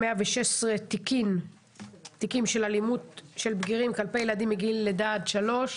116 תיקים של אלימות של בגירים כלפי ילדים מגיל לידה עד 3,